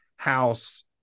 House